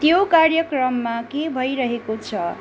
त्यो कार्यक्रममा के भइरहेको छ